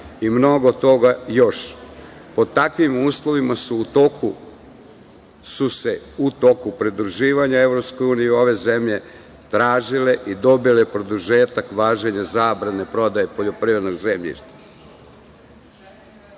i mnogo toga još. Pod takvim uslovima su u toku pridruživanja EU ove zemlje tražile dobile produžetak važenja zabrane prodaje poljoprivrednog zemljišta. Kao